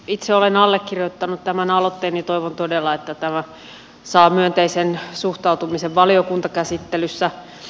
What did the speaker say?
itse olen allekirjoittanut tämän aloitteen ja toivon todella että tämä saa myönteisen suhtautumisen valiokuntakäsittelyssä